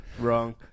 Wrong